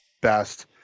best